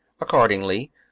accordingly